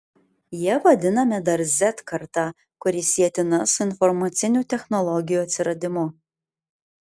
jie vadinami dar z karta kuri sietina su informacinių technologijų atsiradimu